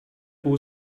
who